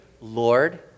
Lord